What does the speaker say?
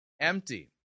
empty